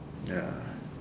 ya